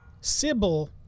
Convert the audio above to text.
Sybil